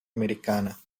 americana